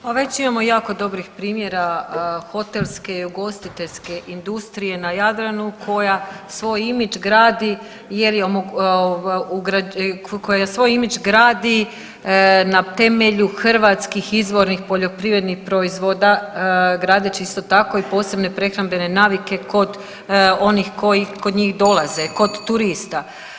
Pa već imamo jako dobrih primjera hotelske i ugostiteljske industrije na Jadranu koja svoj imidž gradi jer je, koja svoj imidž gradi na temelju hrvatskih izvornih poljoprivrednih proizvoda gradeći isto tako i posebne prehrambene navike kod onih koji kod njih dolaze, kod turista.